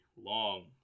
long